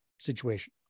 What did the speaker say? situation